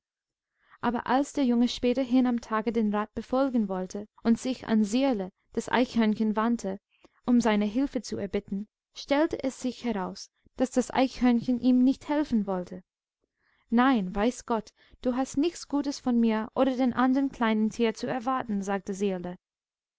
aber als der junge späterhin am tage den rat befolgen wollte und sich an sirle das eichhörnchen wandte um seine hilfe zu erbitten stellte es sich heraus daß das eichhörnchen ihm nicht helfen wollte nein weiß gott du hastnichtsgutesvonmiroderdenandernkleinentierenzuerwarten sagte